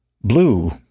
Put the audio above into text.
Blue